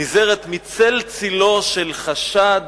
הנזהרת מצל צלו של חשד